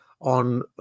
on